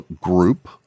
group